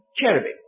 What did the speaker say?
cherubim